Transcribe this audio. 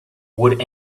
would